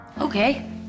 Okay